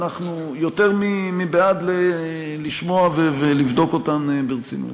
אנחנו יותר מבעד לשמוע ולבדוק אותן ברצינות.